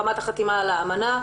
ברמת החתימה על האמנה,